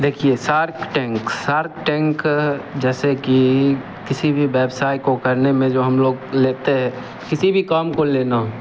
देखिए shark tank shark tank जैसे कि किसी भी व्यवसाय को करने में जो हम लोग लेते हैं किसी भी काम को लेना